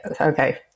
okay